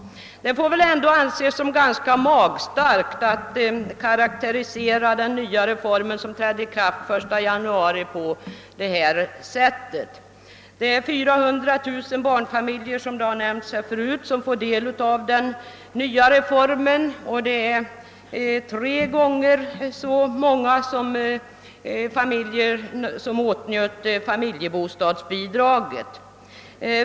Det får väl ändå anses ganska magstarkt att karakterisera den nya reformen, som trädde i kraft den 1 januari, på detta sätt. Det är 400 000 barnfamiljer — såsom nämnts förut — som får del av den nya reformen, vilket är tre gånger så många familjer som de som åtnjöt familjebostadsbidraget.